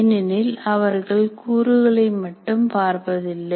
ஏனெனில் அவர்கள் கூறுகளை மட்டும் பார்ப்பதில்லை